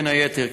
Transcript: בין היתר,